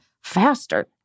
faster